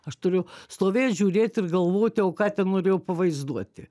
aš turiu stovėt žiūrėt ir galvoti o ką ten norėjo pavaizduoti